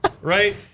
Right